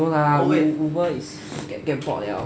no lah uber is get bored liao